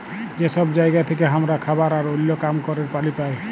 যে সব জায়গা থেক্যে হামরা খাবার আর ওল্য কাম ক্যরের পালি পাই